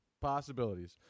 possibilities